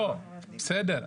לא, בסדר.